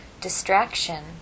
distraction